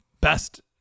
best